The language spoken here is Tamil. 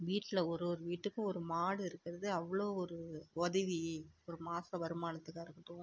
வீட்டில் ஒரு ஒரு வீட்டுக்கும் ஒரு மாடு இருக்கிறது அவ்வளோ ஒரு உதவி ஒரு மாத வருமானத்துக்காக இருக்கட்டும்